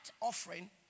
offering